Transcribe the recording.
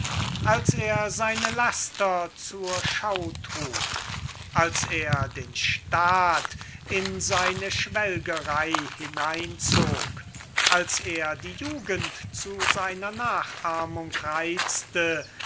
als er seine laster zur schau trug als er den staat in seine schwelgerei hineinzog als er die jugend zu seiner nachahmung reizte